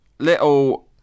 Little